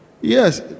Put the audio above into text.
yes